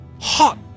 Hot